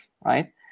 right